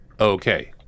Okay